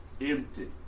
empty